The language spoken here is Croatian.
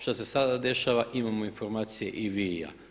Što se sada dešava imamo informacije i vi i ja.